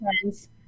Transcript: friends